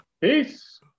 Peace